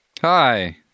Hi